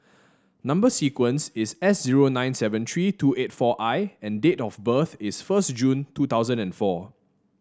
number sequence is S zero nine seven three two eight four I and date of birth is first June two thousand and four